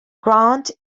grant